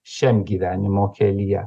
šiam gyvenimo kelyje